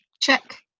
check